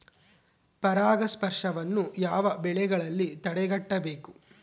ಪರಾಗಸ್ಪರ್ಶವನ್ನು ಯಾವ ಬೆಳೆಗಳಲ್ಲಿ ತಡೆಗಟ್ಟಬೇಕು?